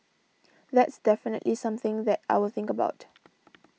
that's definitely something that I will think about